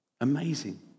Amazing